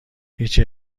هیچ